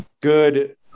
good